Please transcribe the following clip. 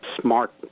smart